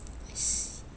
yes